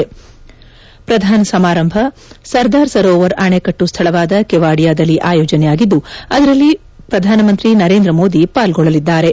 ಪ್ರಧಾನ ಸಮಾರಂಭ ಸರ್ದಾರ್ ಸರೋವರ್ ಅಣೆಕಟ್ಟು ಸ್ಥಳವಾದ ಕೆವಾಡಿಯಾದಲ್ಲಿ ಆಯೋಜನೆಯಾಗಿದ್ದು ಅದರಲ್ಲಿ ಪ್ರಧಾನಮಂತ್ರಿ ನರೇಂದ್ರ ಮೋದಿ ಪಾಲ್ಲೊಳ್ಳಲಿದ್ದಾರೆ